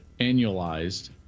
annualized